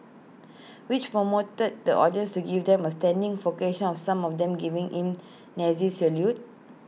which promoted the audience to give them A standing of some of them giving in Nazi salute